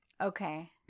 Okay